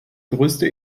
größte